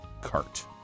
Cart